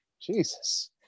Jesus